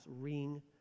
Ring